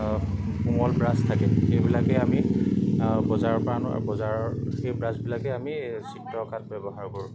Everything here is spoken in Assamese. কোমল ব্ৰাছ থাকে সেইবিলাকেই আমি বজাৰৰপৰা আনোঁ বজাৰৰ সেই ব্ৰাছবিলাকে আমি চিত্ৰ অঁকাত ব্যৱহাৰ কৰোঁ